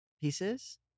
pieces